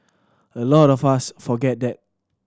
a lot of us forget that